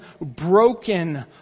broken